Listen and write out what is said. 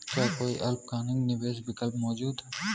क्या कोई अल्पकालिक निवेश विकल्प मौजूद है?